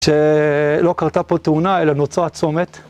שלא קרתה פה תאונה אלא נוצרה צומת.